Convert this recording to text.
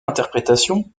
interprétation